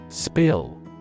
Spill